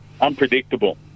unpredictable